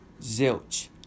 Zilch